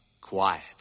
quiet